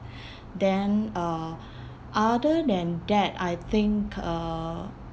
then uh other than that I think uh